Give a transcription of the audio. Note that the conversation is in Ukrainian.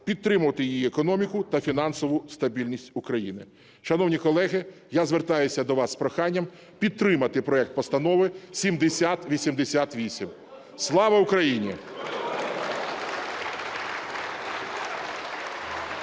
підтримувати її економіку та фінансову стабільність України. Шановні колеги, я звертаюся до вас з проханням підтримати проект постанови 7088. Слава Україні!